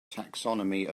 taxonomy